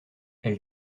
elle